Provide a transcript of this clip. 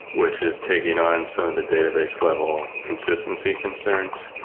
which is taking on some of the database level consistency concerns.